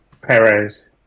Perez